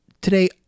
Today